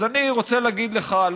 אז אני רוצה להגיד לך,